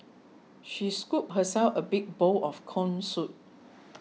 she scooped herself a big bowl of Corn Soup